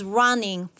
running